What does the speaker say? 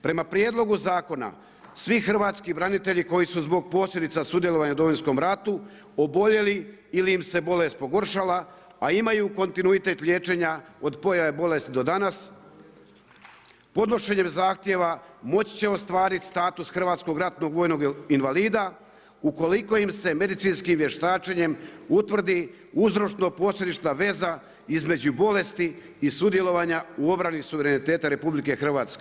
Prema prijedlogu zakona, svi hrvatski branitelji koji su zbog posljedica sudjelovanja u Domovinskom ratu, oboljeli ili im se bolest pogoršala, a imaju kontinuitet liječenja od pojave bolesti do danas, podnošenjem zahtjeva, moći će ostvariti status hrvatskog ratnog vojnog invalida, ukoliko im se medicinskim vještačenjem, utvrdi uzročno posrednička veza između bolesti i sudjelovanja u obrani suvereniteta RH.